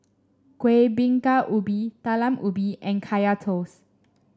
Kueh Bingka Ubi Talam Ubi and Kaya Toast